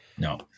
No